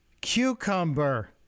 cucumber